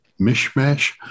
mishmash